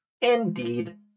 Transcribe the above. Indeed